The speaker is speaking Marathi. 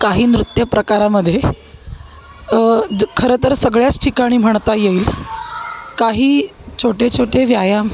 काही नृत्य प्रकारामध्ये ज खरं तर सगळ्याच ठिकाणी म्हणता येईल काही छोटे छोटे व्यायाम